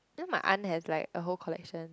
you know my aunt has like a whole collection